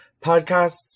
podcasts